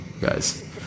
guys